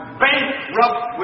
bankrupt